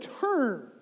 turn